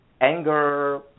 anger